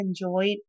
enjoyed